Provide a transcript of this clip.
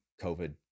COVID